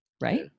right